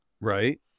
Right